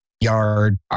Yard